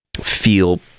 feel